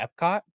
Epcot